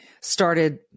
started